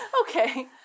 Okay